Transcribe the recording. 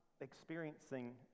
experiencing